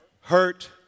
hurt